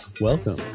welcome